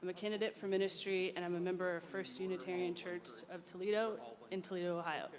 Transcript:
but candidate for ministry and um member of first unitarian church of toledo in toledo, ohio.